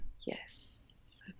yes